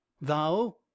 thou